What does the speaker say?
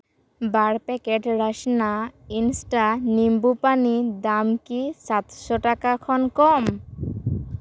ᱵᱟᱨ packet Rasna ᱤᱱᱥᱴᱟ ᱱᱮᱢᱵᱩ ᱯᱟᱱᱤ ᱫᱟᱢ ᱠᱤ ᱥᱟᱛᱥᱚ ᱴᱟᱠᱟ ᱠᱷᱚᱱ ᱠᱚᱢ